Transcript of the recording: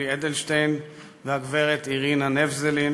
יואל אדלשטיין והגברת אירינה נבזלין,